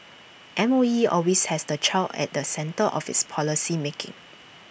M O E always has the child at the centre of its policy making